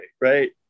right